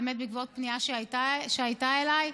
באמת בעקבות פנייה שהייתה אליי.